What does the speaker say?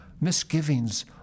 misgivings